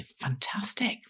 fantastic